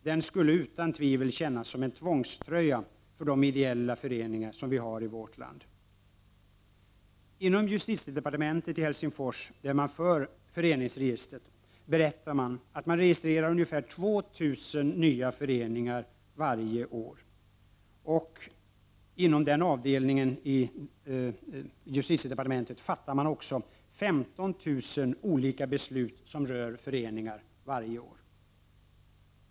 Den skulle utan tvivel kännas som en tvångströja för de ideella föreningar som vi har i vårt land. Inom justitiedepartementet i Helsingfors, där man för föreningsregistret, berättade man att man registrerar ungefär 2 000 nya föreningar varje år, och inom den avdelningen fattas också varje år 15 000 olika beslut som rör föreningarna.